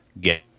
get